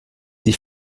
die